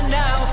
now